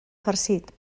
farcit